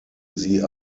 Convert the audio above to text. sie